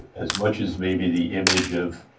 as much as maybe the image of.